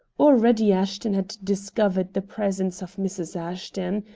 already ashton had discovered the presence of mrs. ashton.